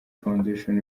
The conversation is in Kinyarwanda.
foundation